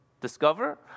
discover